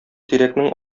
тирәкнең